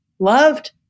loved